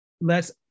lets –